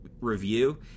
review